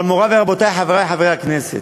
אבל, מורי ורבותי, חברי חברי הכנסת,